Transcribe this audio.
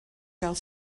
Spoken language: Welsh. gael